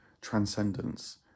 transcendence